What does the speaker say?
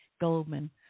Goldman